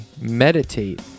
meditate